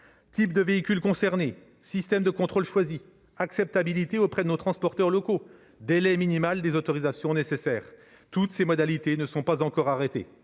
Types de véhicules concernés, systèmes de contrôle choisis, acceptabilité auprès des transporteurs locaux, délai minimal des autorisations nécessaires : toutes ces modalités ne sont pas encore arrêtées.